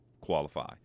qualify